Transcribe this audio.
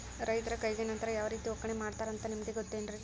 ರೈತರ ಕೈಗೆ ನಂತರ ಯಾವ ರೇತಿ ಒಕ್ಕಣೆ ಮಾಡ್ತಾರೆ ಅಂತ ನಿಮಗೆ ಗೊತ್ತೇನ್ರಿ?